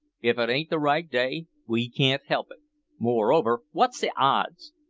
if it ain't the right day, we can't help it moreover, wot's the odds?